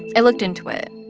i looked into it.